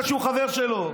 בגלל שהוא חבר שלו.